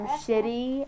shitty